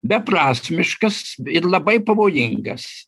beprasmiškas ir labai pavojingas